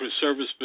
service